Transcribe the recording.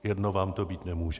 Jedno vám to být nemůže.